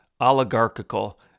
oligarchical